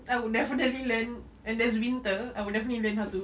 I would definitely learn and there's winter I would definitely learn how to